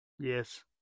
yes